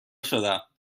شدم